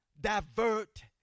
divert